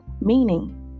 meaning